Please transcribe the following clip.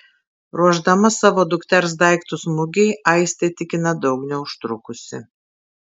ruošdama savo dukters daiktus mugei aistė tikina daug neužtrukusi